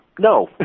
No